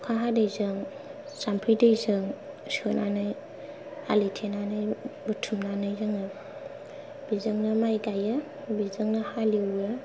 अखा हादैजों जाम्फै दैजों सोनानै आलिथेनानै बुथुमनानै जोङो बेजोंनो माइ गायो बेजोंनो हालिउयो